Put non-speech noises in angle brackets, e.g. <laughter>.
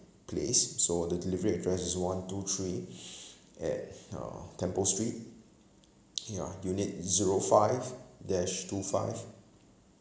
place so the delivery address is one two three <breath> at uh temple street ya unit zero five dash two five